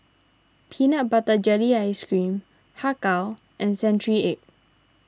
Peanut Butter Jelly Ice Cream Har Kow and Century Egg